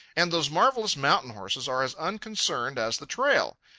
and those marvellous mountain horses are as unconcerned as the trail.